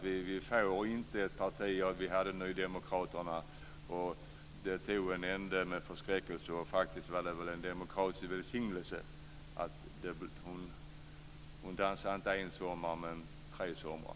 Vi hade nydemokraterna, och det tog en ände med förskräckelse, och det var väl en demokratisk välsignelse - hon dansade inte en utan tre somrar.